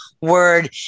Word